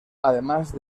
además